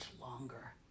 longer